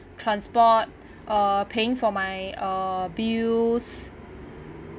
transport uh paying for my uh bills